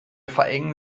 verengen